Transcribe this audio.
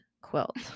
quilt